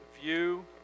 view